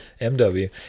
MW